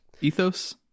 ethos